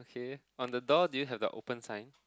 okay on the door do you have the open sign